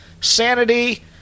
Sanity